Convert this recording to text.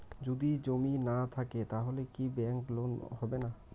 যদি জমি না থাকে তাহলে কি ব্যাংক লোন হবে না?